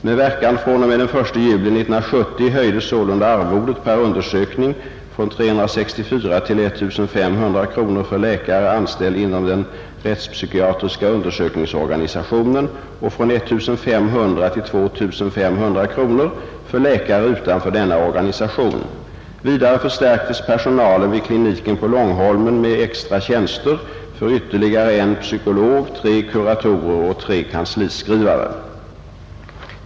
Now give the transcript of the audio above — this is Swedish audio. Med verkan fr.o.m. den 1 juli 1970 höjdes sålunda arvodet per undersökning från 364 till I 500 kronor för läkare, anställd inom den rättspsykiatriska undersökningsorganisationen, och från 1 500 till 2500 kronor för läkare utanför denna organisation. Vidare förstärktes personalen vid kliniken på Långholmen med extra tjänster för ytterligare en psykolog, tre kuratorer och tre kansliskrivare.